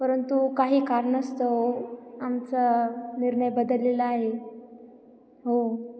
परंतु काही कारणस्तव आमचा निर्णय बदललेला आहे हो